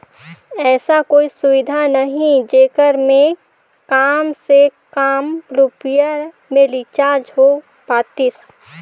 ऐसा कोई सुविधा नहीं जेकर मे काम से काम रुपिया मे रिचार्ज हो पातीस?